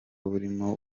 burimo